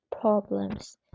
problems